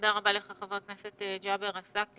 תודה רבה לך, חבר הכנסת ג'אבר עסאלקה.